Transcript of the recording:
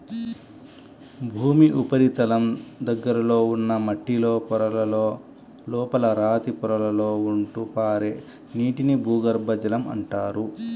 భూమి ఉపరితలం దగ్గరలో ఉన్న మట్టిలో పొరలలో, లోపల రాతి పొరలలో ఉంటూ పారే నీటిని భూగర్భ జలం అంటారు